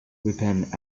repent